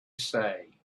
say